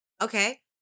Okay